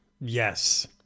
Yes